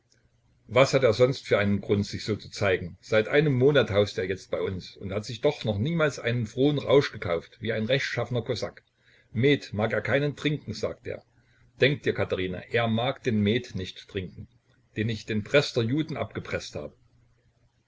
was hat er sonst für einen grund sich so zu zeigen seit einem monat haust er jetzt bei uns und hat sich doch noch niemals einen frohen rausch gekauft wie ein rechtschaffener kosak met mag er keinen trinken sagt er denk dir katherina er mag den met nicht trinken den ich den brester juden abgepreßt hab